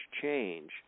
change